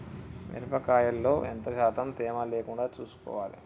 మిరప కాయల్లో ఎంత శాతం తేమ లేకుండా చూసుకోవాలి?